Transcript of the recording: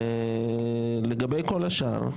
לגבי כל השאר,